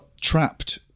trapped